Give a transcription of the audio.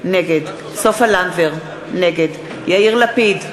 נגד סופה לנדבר, נגד יאיר לפיד,